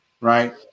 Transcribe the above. Right